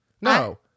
No